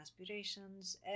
aspirations